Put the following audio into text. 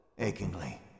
achingly